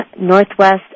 Northwest